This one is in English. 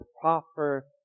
proper